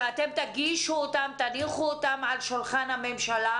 שאתם תגישו אותן ותניחו אותן על שולחן הממשלה